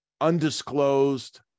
undisclosed